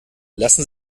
lassen